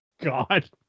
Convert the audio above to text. God